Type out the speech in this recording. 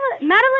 Madeline